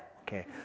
Okay